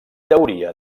teoria